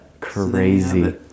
crazy